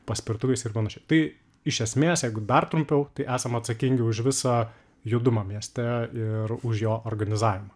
paspirtukais ir panašiai tai iš esmės jeigu dar trumpiau tai esam atsakingi už visą judumą mieste ir už jo organizavimą